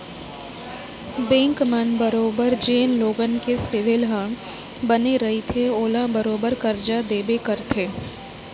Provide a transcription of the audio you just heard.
bank मन बरोबर जेन लोगन के सिविल ह बने रइथे ओला बरोबर करजा देबे करथे